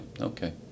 okay